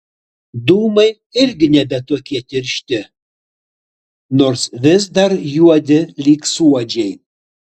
dūmai irgi nebe tokie tiršti nors vis dar juodi lyg suodžiai